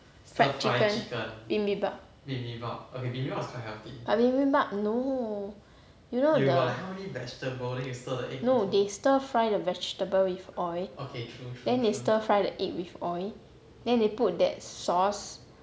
fried chicken bibimbap but bibimbap no you know no they stir fry the vegetable with oil then they stir fry the egg with oil then they put that sauce